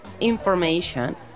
information